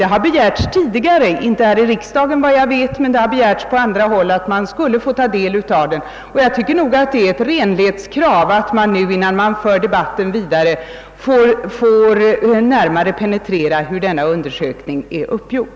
Det har tidigare begärts att man skulle få ta del av undersökningen, och jag tycker att det är ett renlighetskrav att vi innan debatten förs vidare närmare får penetrera hur, denna undersökning har gjorts.